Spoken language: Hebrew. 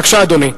בבקשה, אדוני.